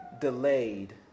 delayed